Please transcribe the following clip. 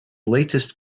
latest